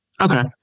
okay